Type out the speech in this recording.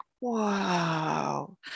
wow